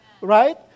Right